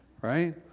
Right